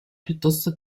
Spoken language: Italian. piuttosto